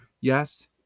Yes